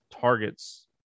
targets